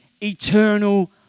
eternal